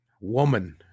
woman